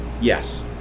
Yes